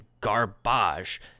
garbage